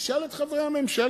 תשאל את חברי הממשלה,